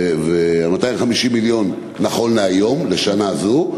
250 מיליון נכון להיום, לשנה זו,